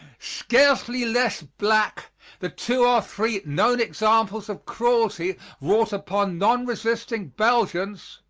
scarcely less black the two or three known examples of cruelty wrought upon nonresisting belgians.